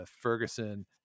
Ferguson